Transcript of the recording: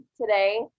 today